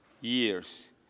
years